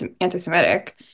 anti-Semitic